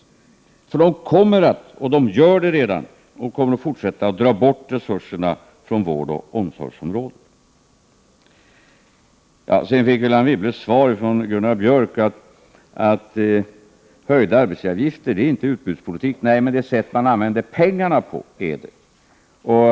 Dessa krafter kommer, liksom de redan gör, att fortsätta att dra bort resurserna från vårdoch omsorgsområdet. Anne Wibble fick från Gunnar Björk svaret att höjda arbetsgivaravgifter inte innebär en utbudspolitik. Nej, men det sätt man använder pengarna på är en utbudspolitik.